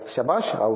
శభాష్ అవును